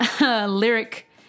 lyric